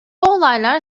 olaylar